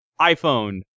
iPhone